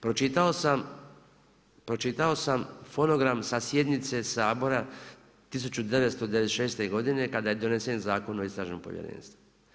Pročitao sam fonogram sa sjednice Sabora 1996. godine, kada je donesen Zakon o istražnom povjerenstvu.